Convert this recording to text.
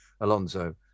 Alonso